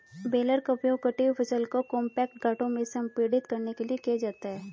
baler का उपयोग कटी हुई फसल को कॉम्पैक्ट गांठों में संपीड़ित करने के लिए किया जाता है